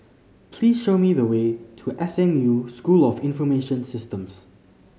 please show me the way to S M U School of Information Systems